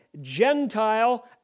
Gentile